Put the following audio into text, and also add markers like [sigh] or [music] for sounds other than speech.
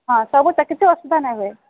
ହଁ ସବୁ [unintelligible] କିଛି ଅସୁବିଧା ନାଇଁ ଭାଇ